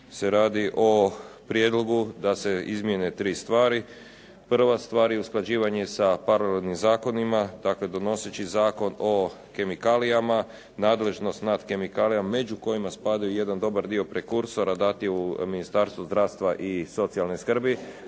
se radi o prijedlogu da se izmjene 3 stvari. Prva stvar je usklađivanje sa paralelnim zakonima, dakle donoseći zakon o kemikalijama, nadležnost nad kemikalijama među kojima spada i jedan dobar dio prekursora dati u Ministarstvu zdravstva i socijalne skrbi,